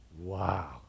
Wow